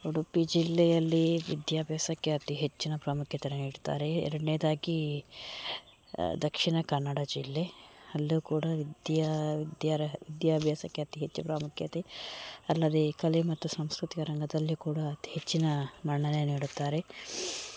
ಉಡುಪಿ ಜಿಲ್ಲೆಯಲ್ಲಿ ವಿದ್ಯಾಭ್ಯಾಸಕ್ಕೆ ಅತಿ ಹೆಚ್ಚಿನ ಪ್ರಾಮುಖ್ಯತೆ ನೀಡ್ತಾರೆ ಎರಡನೇದಾಗಿ ದಕ್ಷಿಣ ಕನ್ನಡ ಜಿಲ್ಲೆ ಅಲ್ಲೂ ಕೂಡ ವಿದ್ಯಾ ವಿದ್ಯಾರಹ ವಿದ್ಯಾಭ್ಯಾಸಕ್ಕೆ ಅತಿ ಹೆಚ್ಚು ಪ್ರಾಮುಖ್ಯತೆ ಅಲ್ಲದೇ ಕಲೆ ಮತ್ತು ಸಾಂಸ್ಕೃತಿಕ ರಂಗದಲ್ಲಿ ಕೂಡ ಅತಿ ಹೆಚ್ಚಿನ ಮನ್ನಣೆ ನೀಡುತ್ತಾರೆ